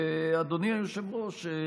אדוני היושב-ראש,